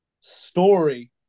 Story